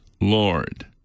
Lord